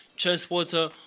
transporter